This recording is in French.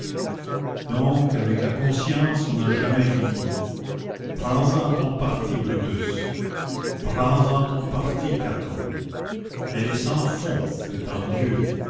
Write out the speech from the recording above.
donc avec la conscience on n'a jamais fini prends-en ton parti brutus prends-en ton parti caton elle est sans fond étant dieu